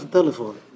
telefoon